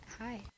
Hi